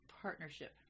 Partnership